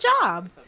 job